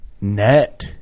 Net